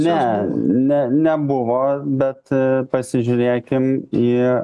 ne ne nebuvo bet pasižiūrėkim į